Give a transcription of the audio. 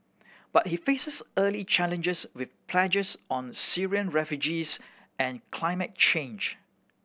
but he faces early challenges with pledges on Syrian refugees and climate change